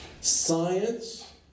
Science